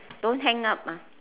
don't hang up ah